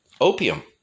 Opium